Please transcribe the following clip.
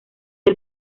del